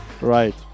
Right